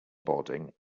boarding